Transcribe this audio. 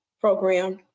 program